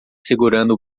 segurando